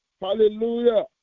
hallelujah